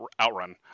OutRun